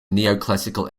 neoclassical